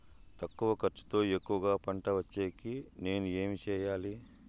తక్కువ ఖర్చుతో ఎక్కువగా పంట వచ్చేకి నేను ఏమి చేయాలి?